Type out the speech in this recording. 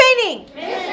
training